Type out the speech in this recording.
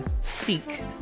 seek